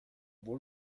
wohl